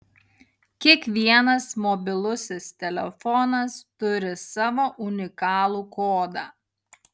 kiekvienas mobilusis telefonas turi savo unikalų kodą